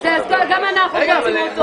אז גם אנחנו נרצה.